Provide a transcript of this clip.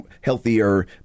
healthier